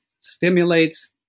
stimulates